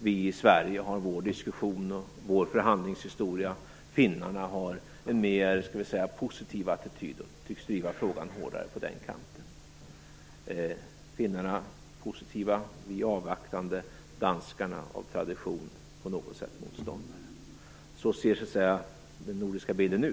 Vi i Sverige har vår diskussion och vår förhandlingshistoria. Finnarna har en mer positiv attityd och tycks driva frågan hårdare på den kanten. Finnarna är positiva, vi är avvaktande och danskarna är av tradition på något sätt motståndare. Så ser den nordiska bilden ut.